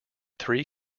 three